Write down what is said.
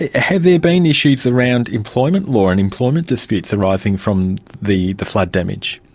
ah have there been issues around employment law and employment disputes arising from the the floods damage?